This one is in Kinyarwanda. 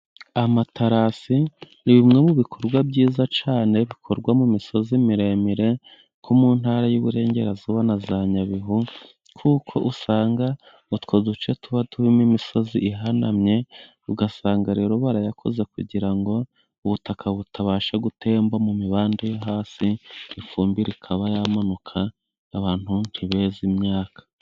Amatarasi ni bimwe mu bikorwa byiza cyane bikorwa mu misozi miremire nko mu ntara y'iburengerazuba na za Nyabihu, kuko usanga utwo duce tuba turimo imisozi ihanamye ugasanga rero barayakoze kugira ngo ubutaka butabasha gutemba mu mibande yo hasi ,ifumbire ikaba yamanuka abantu benshi ntibeze imyaka.